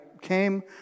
came